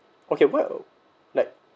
okay what like